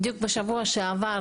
בדיוק בשבוע שעבר,